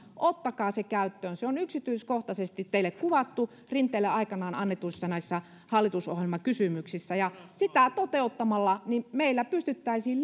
ottakaa se käyttöön se on yksityiskohtaisesti teille kuvattu näissä rinteelle aikanaan annetuissa hallitusohjelmakysymyksissä sitä toteuttamalla meillä pystyttäisiin